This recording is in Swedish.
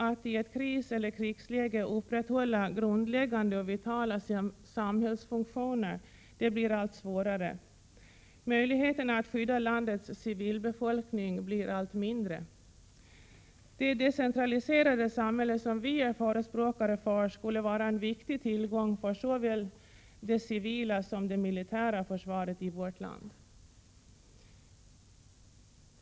Att i ett kriseller krigsläge upprätthålla grundläggande och vitala samhällsfunktioner blir allt svårare. Möjligheterna att skydda landets civilbefolkning blir allt mindre. Det decentraliserade samhälle som vi är förespråkare för skulle vara en viktig tillgång för såväl det civila som det militära försvaret i vårt land.